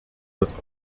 das